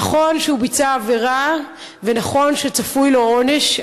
נכון שהוא ביצע עבירה ונכון שצפוי לו עונש,